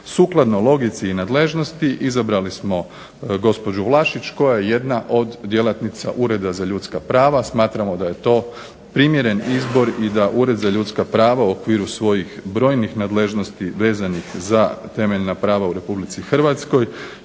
Sukladno logici i nadležnosti izabrali smo gospođu Vlašić koja je jedna od djelatnica Ureda za ljudska prava. Smatramo da je to primjeren izbor i da Ured za ljudska prava u okviru svojih brojnih nadležnosti vezanih za temeljna prava u RH